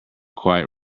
quite